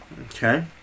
Okay